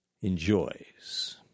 enjoys